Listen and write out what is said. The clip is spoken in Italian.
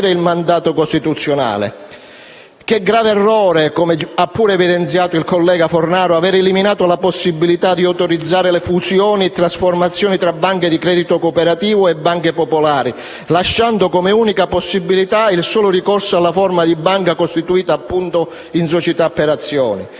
Che grave errore - come ha pure evidenziato il collega Fornaro - aver eliminato la possibilità di autorizzare fusioni e trasformazioni tra banche di credito cooperativo e banche popolari, lasciando come unica possibilità il solo ricorso alla forma di banca costituita in società per azioni.